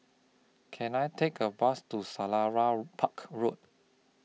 Can I Take A Bus to Selarang Park Road